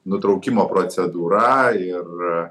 nutraukimo procedūra ir